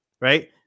right